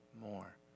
more